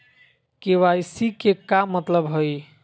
KYC के का मतलब हई?